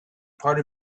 part